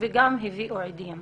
וגם הביאו עדים.